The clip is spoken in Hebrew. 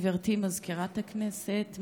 גברתי מזכירת הכנסת,